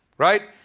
right?